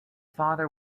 father